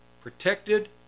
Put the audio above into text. protected